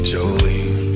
Jolene